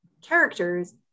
characters